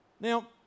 Now